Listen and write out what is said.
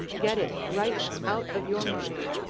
get it right out of your mind.